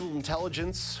intelligence